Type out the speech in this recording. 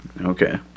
Okay